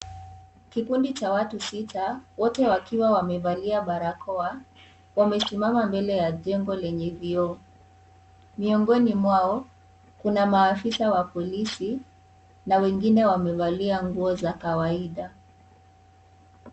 Kikundi cha watu sita wote wakiwa wamevalia barakoa wamesimama mbele ya jengo lenye vioo miongoni mwao kuna maafisa wa polisi na wengine wamevalia nguo za kawaida.